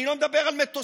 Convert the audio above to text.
אני לא מדבר על מטוסים,